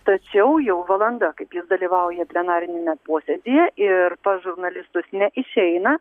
tačiau jau valanda kaip jis dalyvauja plenariniame posėdyje ir pas žurnalistus neišeina